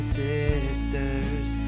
sisters